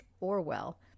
Orwell